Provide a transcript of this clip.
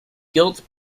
gilt